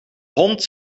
hond